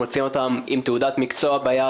מוציא אותם עם תעודת מקצוע ביד,